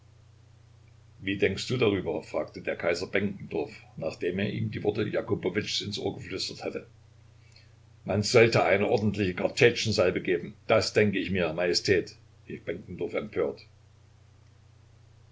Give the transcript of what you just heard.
wie denkst du darüber fragte der kaiser benkendorf nachdem er ihm die worte jakubowitschs ins ohr geflüstert hatte man sollte eine ordentliche kartätschensalve geben das denke ich mir majestät rief benkendorf empört